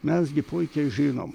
mes gi puikiai žinom